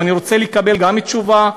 ואני רוצה לקבל גם תשובה,